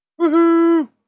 Woohoo